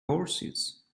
horses